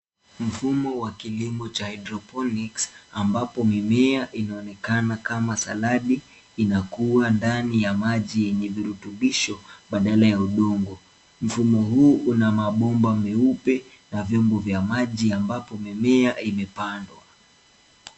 Mfumo wa kilimo cha hydroponics ambapo mimea, inaonekana kama saladi, inakuwa ndani ya maji yenye virutubisho badala ya udongo. Mfumo huu una mabomba meupe na vyombo vya maji ambapo mimea imepandwa.